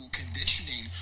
conditioning